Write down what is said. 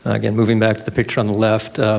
again moving back to the picture on the left,